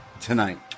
tonight